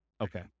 Okay